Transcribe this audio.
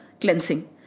cleansing